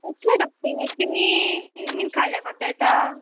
कसलें डॉक्टर केळीं बीन खाल्या कोता येता